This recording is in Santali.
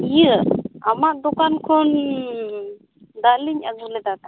ᱤᱭᱟᱹ ᱟᱢᱟᱜ ᱫᱚᱠᱟᱱ ᱠᱷᱚᱱ ᱫᱟᱹᱞᱤ ᱟᱹᱜᱩ ᱞᱮᱫᱟ ᱛᱟᱦᱮᱫ